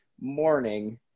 morning